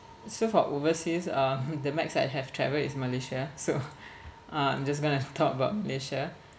so for overseas uh the max I have travelled is Malaysia so uh I'm just gonna talk about Malaysia